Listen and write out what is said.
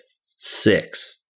six